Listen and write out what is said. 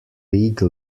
league